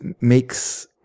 makes